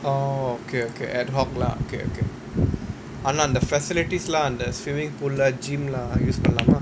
orh okay okay ad hoc lah okay okay !alah! ஆனா அந்த:aanaa antha facilities lah அந்த:antha swimming pool lah gym lah use பண்லாமா:panlaamaa